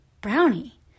brownie